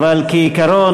אבל כעיקרון,